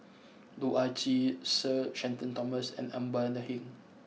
Loh Ah Chee Sir Shenton Thomas and Amanda Heng